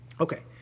Okay